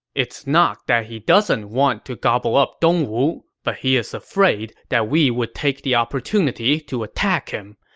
it's not that he doesn't want to gobble up dongwu, but he is afraid that we would take the opportunity to attack him.